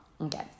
Okay